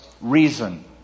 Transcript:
reason